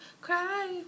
Cry